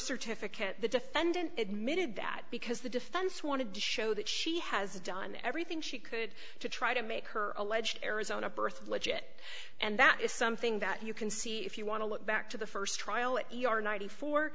certificate the defendant admitted that because the defense wanted to show that she has done everything she could to try to make her alleged arizona birth legit and that is something that you can see if you want to look back to the st trial at e r ninety four